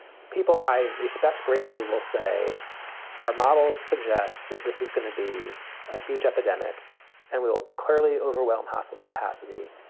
people i respect greatly will say our models suggest that this is gonna be a huge epidemic and we will clearly overwhelm hospital capacity.